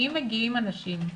אם מגיעים אנשים,